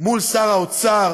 מול שר האוצר,